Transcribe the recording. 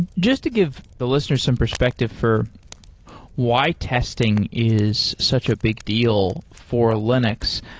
just to give the listeners some perspective for why testing is such a big deal for linux,